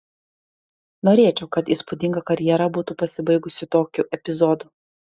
norėčiau kad įspūdinga karjera būtų pasibaigusi tokiu epizodu